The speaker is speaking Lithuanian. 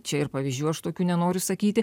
čia ir pavyzdžių aš tokių nenoriu sakyti